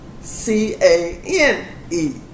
C-A-N-E